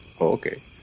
okay